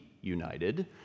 united